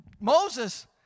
Moses